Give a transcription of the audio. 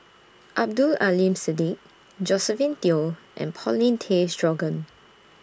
Abdul Aleem Siddique Josephine Teo and Paulin Tay Straughan